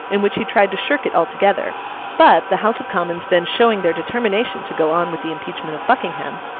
in which he tried to shirk it altogether but, the house of commons then showing their determination to go on with the impeachment of buckingham,